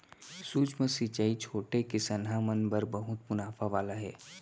सूक्ष्म सिंचई छोटे किसनहा मन बर बहुत मुनाफा वाला हे